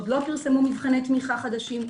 עוד לא פרסמו מבחני תמיכה חדשים,